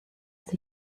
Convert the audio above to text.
sie